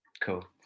Cool